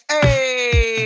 Hey